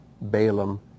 Balaam